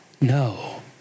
No